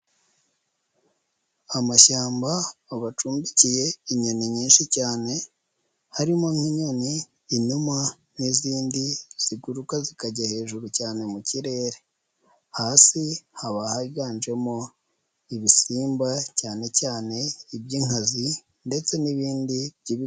Amashyamba aba acumbikiye inyoni nyinshi cyane, harimo nk'inyoni inuma n'izindi ziguruka zikajya hejuru cyane mu kirere, hasi haba higanjemo ibisimba cyane cyane iby'inkazi ndetse n'ibindi bibisi.